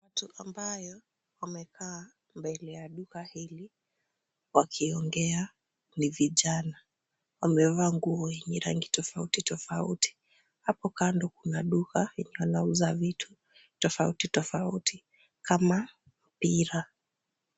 Watu ambayo wamekaa mbele ya duka hili wakiongea ni vijana. Wamevaa nguo yenye rangi tofauti tofauti. Hapo kando kuna duka yenye wanauza vitu tofauti tofauti kama mpira.